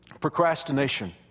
procrastination